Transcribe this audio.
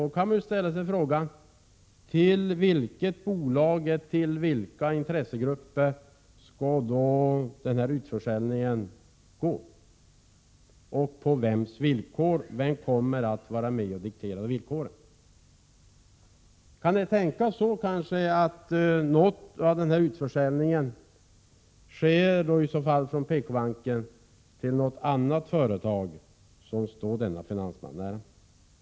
Då kan man ställa frågan: Till vilket bolag eller vilka intressegrupper skall försäljningen ske och på vems villkor? Kan det tänkas att något av utförsäljningen från PKbanken sker till något annat företag som står den ifrågavarande finansmannen nära?